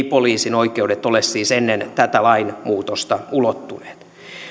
poliisin oikeudet ole siis ennen tätä lainmuutosta ulottuneet